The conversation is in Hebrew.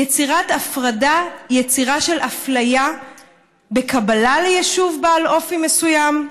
יצירת הפרדה היא יצירה של אפליה בקבלה ליישוב בעל אופי מסוים,